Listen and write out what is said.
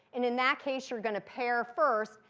and in that case, you're going to pair first.